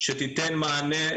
שתיתן מענה,